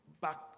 back